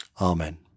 Amen